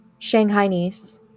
Shanghainese